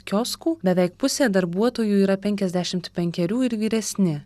kioskų beveik pusė darbuotojų yra penkiasdešimt penkerių ir vyresni